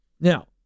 Now